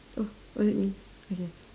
oh was it me okay